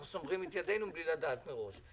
אנחנו סומכים את ידינו בלי לדעת מראש.